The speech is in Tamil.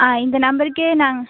ஆ இந்த நம்பருக்கே நாங்கள்